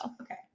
Okay